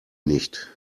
nicht